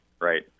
Right